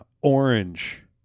orange